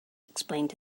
explained